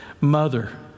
mother